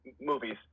movies